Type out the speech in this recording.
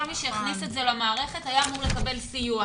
מי שהכניס את זה למערכת היה אמור לקבל סיוע.